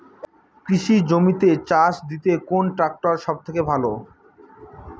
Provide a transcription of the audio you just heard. কৃষি জমিতে চাষ দিতে কোন ট্রাক্টর সবথেকে ভালো?